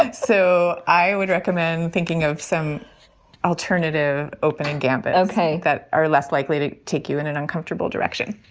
but so i would recommend thinking of some alternative opening gambit, ok, that are less likely to take you in an uncomfortable direction.